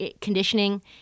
conditioning